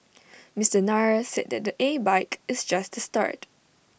Mister Nair said that the A bike is just start